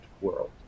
world